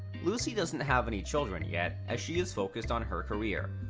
lucy doesn't have any children yet, as she is focused on her career.